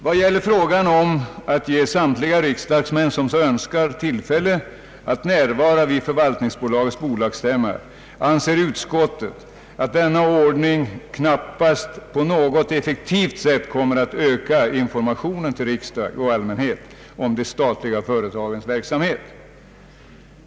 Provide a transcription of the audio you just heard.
Vad gäller frågan om att ge samtliga riksdagsmän som så önskar tillfälle att närvara vid förvaltningsföretagets bolagsstämma anser reservanterna att en sådan ordning knappast på något effektivt sätt kommer att öka informationen till riksdag och allmänhet om de statliga företagens verksamhet.